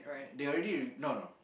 they already no no